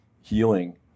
healing